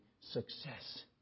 success